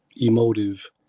emotive